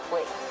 Wait